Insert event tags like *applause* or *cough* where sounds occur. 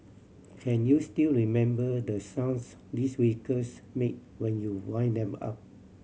*noise* can you still remember the sounds these vehicles make when you wind them up